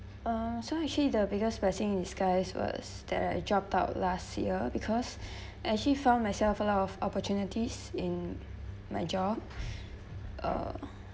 um so actually the biggest blessing disguise was that I dropped out last year because actually found myself a lot of opportunities in my job uh